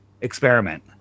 experiment